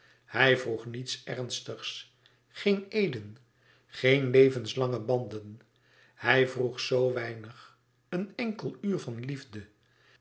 hij vroeg niets ernstigs geen eeden geen levenslange banden hij vroeg zoo weinig een enkel uur van liefde